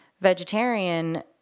vegetarian